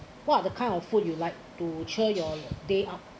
what are the kind of food you like to cheer your day up